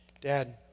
Dad